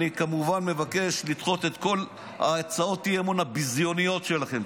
אני כמובן מבקש לדחות את כל הצעות האי-אמון הביזיוניות שלכם.